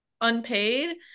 unpaid